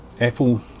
apple